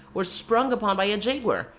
or sprung upon by a jaguar,